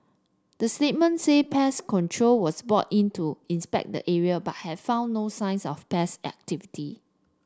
the statement said pest control was brought in to inspect the area but had found no signs of pest activity